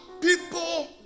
people